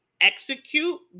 execute